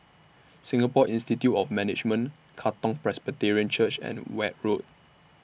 Singapore Institute of Management Katong Presbyterian Church and Weld Road